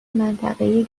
منطقهای